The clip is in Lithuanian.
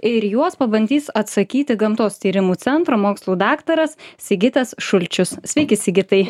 ir į juos pabandys atsakyti gamtos tyrimų centro mokslų daktaras sigitas šulčius sveiki sigitai